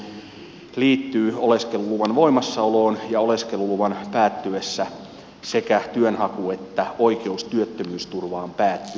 oikeus työntekoon liittyy oleskeluluvan voimassaoloon ja oleskeluluvan päättyessä sekä työnhaku että oikeus työttömyysturvaan päättyy